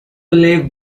believe